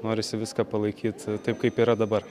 norisi viską palaikyt taip kaip yra dabar